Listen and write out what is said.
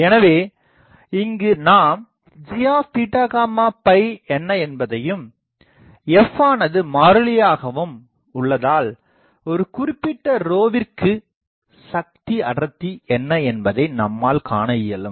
எனவே இங்கு நாம் g என்ன என்பதையும் fஆனது மாறிலியாகவும் உள்ளதால் ஒரு குறிப்பிட்ட விற்கு சக்தி அடர்த்தி என்ன என்பதை நம்மால் காணஇயலும்